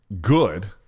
good